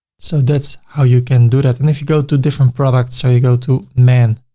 so that's how you can do that. and if you go to different products, so you go to men